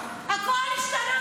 הכול השתנה,